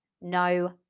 No